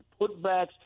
putbacks